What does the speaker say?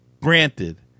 granted